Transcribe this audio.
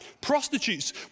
Prostitutes